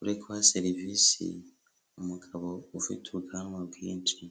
uri guha serivisi umugabo ufite ubwanwa bwinshi.